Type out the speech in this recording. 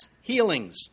healings